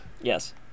Yes